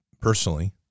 personally